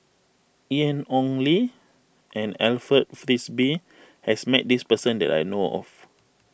Ian Ong Li and Alfred Frisby has met this person that I know of